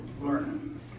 learning